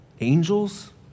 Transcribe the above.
Angels